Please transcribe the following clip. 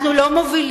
אנחנו לא מובילים,